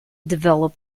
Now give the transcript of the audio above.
develop